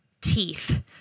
teeth